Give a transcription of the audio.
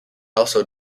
also